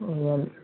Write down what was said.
ओ